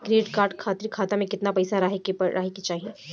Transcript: Credit card खातिर खाता में केतना पइसा रहे के चाही?